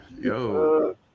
yo